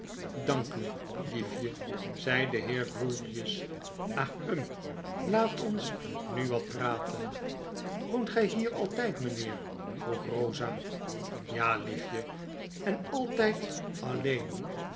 dank u liefje zei de heer grewgious ahem laat ons nn wat praten woont gy hier altyd mynheer vroeg rosa ja liefje en altiid alleen